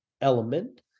element